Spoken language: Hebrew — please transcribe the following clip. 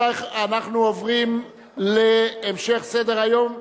27 בעד, 48 נגד,